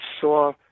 saw